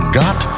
got